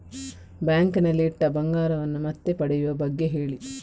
bank ನಲ್ಲಿ ಇಟ್ಟ ಬಂಗಾರವನ್ನು ಮತ್ತೆ ಪಡೆಯುವ ಬಗ್ಗೆ ಹೇಳಿ